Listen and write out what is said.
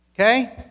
Okay